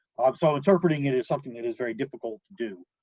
um so interpreting it is something that is very difficult to do,